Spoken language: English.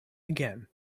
again